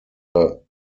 hill